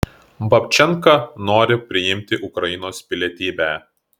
babčenka nori priimti ukrainos pilietybę